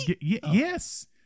yes